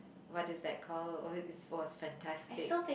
what is that called it was fantastic